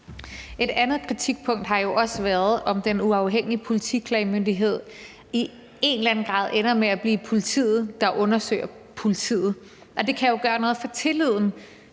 Et andet kritikpunkt har jo også været, at det med Den Uafhængige Politiklagemyndighed i en eller anden grad ender med at blive politiet, der undersøger politiet, og det kan jo gøre noget for tilliden